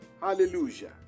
Hallelujah